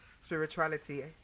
Spirituality